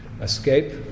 escape